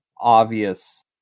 obvious